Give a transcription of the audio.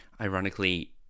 Ironically